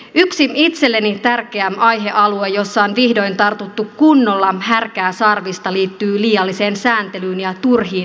yksi itselleni tärkeä aihealue jossa on vihdoin tartuttu kunnolla härkää sarvista liittyy liialliseen sääntelyyn ja turhiin normeihin